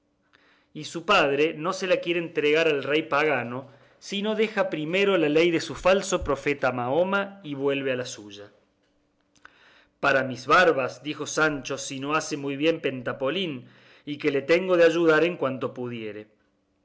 y su padre no se la quiere entregar al rey pagano si no deja primero la ley de su falso profeta mahoma y se vuelve a la suya para mis barbas dijo sancho si no hace muy bien pentapolín y que le tengo de ayudar en cuanto pudiere